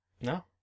No